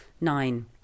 Nine